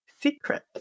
Secret